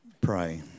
pray